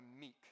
meek